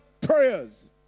prayers